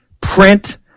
print